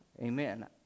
Amen